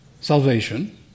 Salvation